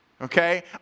okay